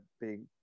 big